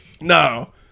No